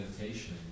meditation